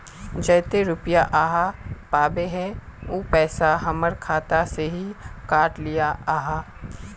जयते रुपया आहाँ पाबे है उ पैसा हमर खाता से हि काट लिये आहाँ?